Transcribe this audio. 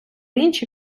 інші